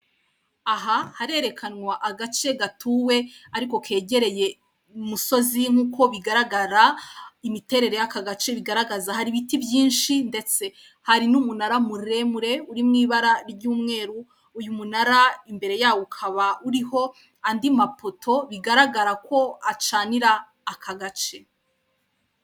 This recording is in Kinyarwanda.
Aha harerekanwa agace gatuwe ariko kegereye umusozi nk'uko bigaragara, imiterere y'aka gace ibigaragaza, hari ibiti byinshi ndetse hari n'umunara muremure uri mu ibara ry'umweru, uyu munara imbere ya wo ukaba uriho andi mapoto bigaragara ko acanira aka gace.